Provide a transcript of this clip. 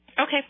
Okay